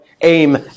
aim